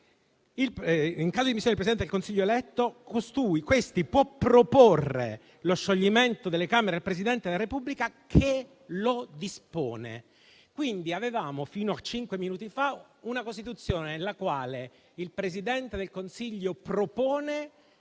in caso di dimissioni del Presidente del Consiglio eletto, costui può proporre lo scioglimento delle Camere al Presidente della Repubblica, che lo dispone. Quindi, fino a cinque minuti fa, avevamo una Costituzione nella quale il Presidente del Consiglio propone